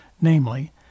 namely